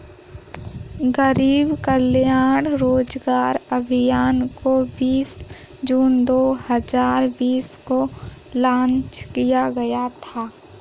गरीब कल्याण रोजगार अभियान को बीस जून दो हजार बीस को लान्च किया गया था